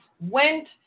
went